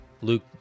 Luke